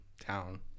town